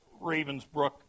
Ravensbrook